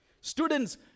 Students